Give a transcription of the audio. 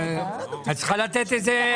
אני צריכה לבחון את זה.